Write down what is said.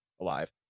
alive